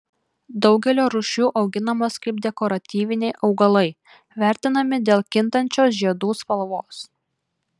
daugelio rūšių auginamos kaip dekoratyviniai augalai vertinami dėl kintančios žiedų spalvos